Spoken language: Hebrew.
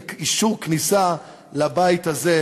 ואישור כניסה לבית הזה,